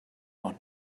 one